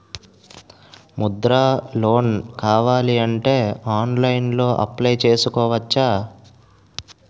Mudra loan కావాలి అంటే ఆన్లైన్లో అప్లయ్ చేసుకోవచ్చా?